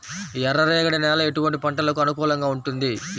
ఎర్ర రేగడి నేల ఎటువంటి పంటలకు అనుకూలంగా ఉంటుంది?